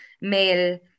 male